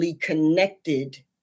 connected